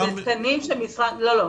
לא.